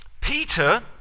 peter